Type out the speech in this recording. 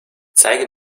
zeige